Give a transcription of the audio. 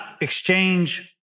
exchange